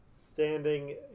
standing